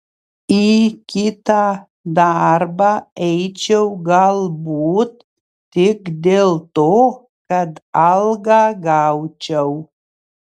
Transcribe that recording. į kitą darbą eičiau galbūt tik dėl to kad algą gaučiau